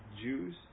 Jews